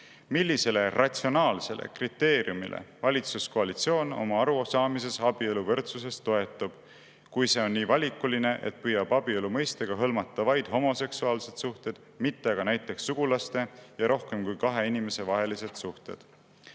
millisele ratsionaalsele kriteeriumile valitsuskoalitsioon oma arusaamises abieluvõrdsusest toetub, kui see on nii valikuline, et püüab abielu mõistega hõlmata vaid homoseksuaalsed suhted, mitte aga näiteks sugulaste ja rohkem kui kahe inimese vahelised suhted?